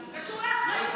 זה קשור לאחריות.